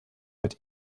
mit